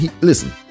listen